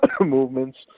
movements